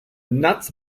nuts